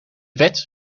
wet